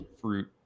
fruit